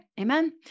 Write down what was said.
Amen